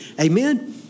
Amen